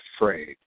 afraid